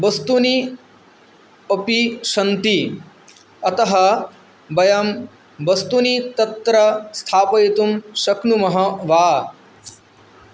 बस्तुनी अपि सन्ति अतः वयं वस्तुनि तत्र स्थापयितुं शक्नुमः वा